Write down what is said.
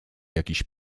jakiś